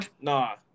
Nah